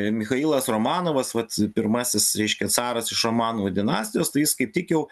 michailas romanovas vat pirmasis reiškia caras iš romanų dinastijos tai jis kaip tik jau